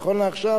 נכון לעכשיו